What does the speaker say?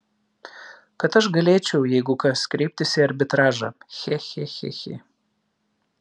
kad aš galėčiau jeigu kas kreiptis į arbitražą che che che che